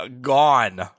gone